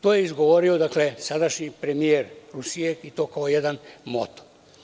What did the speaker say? To je izgovorio sadašnji premijer Rusije, i to kao jedan moto.